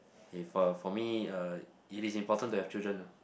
if uh for me uh it is important to have children ah